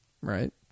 right